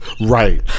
Right